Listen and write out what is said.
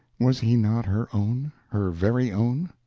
was he not her own, her very own,